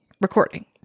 recording